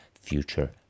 future